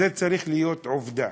זו צריכה להיות עובדה.